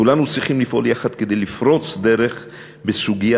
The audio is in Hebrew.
כולנו צריכים לפעול יחד כדי לפרוץ דרך בסוגיה